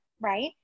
right